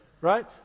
Right